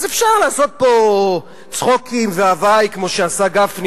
אז אפשר לעשות פה צחוקים והווי כמו שעשה גפני,